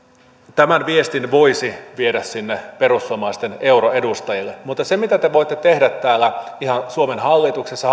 tämän viestin voisi viedä sinne perussuomalaisten euroedustajille mutta se mitä te voitte tehdä täällä ihan suomen hallituksessa